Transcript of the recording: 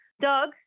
Doug